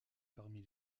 parmi